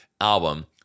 album